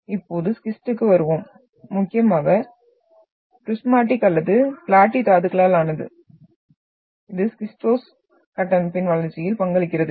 இப்போது ஸ்கிஸ்டுக்கு வருவோம் முக்கியமாக ப்ரிஸ்மாடிக் அல்லது பிளாட்டி தாதுக்களால் ஆனது இது ஸ்கிஸ்டோஸ் கட்டமைப்பின் வளர்ச்சியில் பங்களிக்கிறது